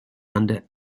under